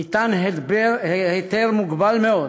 ניתן היתר מוגבל מאוד,